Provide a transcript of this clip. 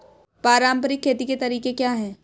पारंपरिक खेती के तरीके क्या हैं?